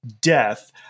death –